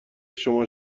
شما